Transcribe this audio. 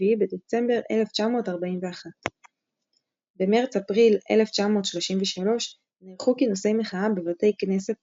בדצמבר 1941. במרץ–אפריל 1933 נערכו כינוסי מחאה בבתי כנסת בקאהיר,